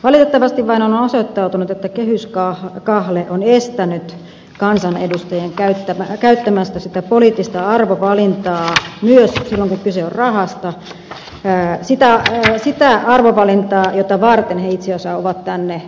valitettavasti vain on osoittautunut että kehyskahle on estänyt kansanedustajia käyttämästä sitä poliittista arvovalintaa myös silloin kun kyse on rahasta sitä arvovalintaa jota varten he itse asiassa ovat tänne valittuja